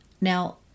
Now